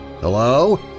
hello